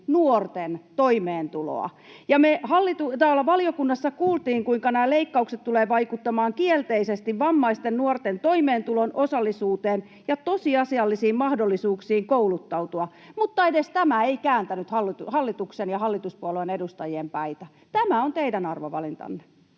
nuorten toimeentuloa. Valiokunnassa kuultiin, kuinka nämä leikkaukset tulevat vaikuttamaan kielteisesti vammaisten nuorten toimeentuloon, osallisuuteen ja tosiasiallisiin mahdollisuuksiin kouluttautua, mutta edes tämä ei kääntänyt hallituksen ja hallituspuolueiden edustajien päitä. Tämä on teidän arvovalintanne.